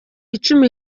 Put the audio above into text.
icumi